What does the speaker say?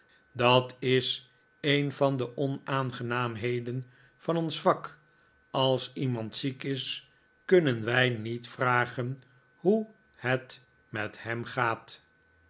dat is een van de onaangenaamheden van ons vak als iemand ziek is k u n n e n wij niet vragen hoe het met hem gaat